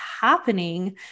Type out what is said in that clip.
happening